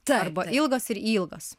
arba ilgas ir ylgas